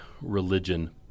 religion